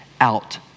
out